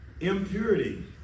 Impurity